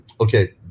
Okay